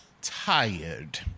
tired